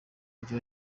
mujyi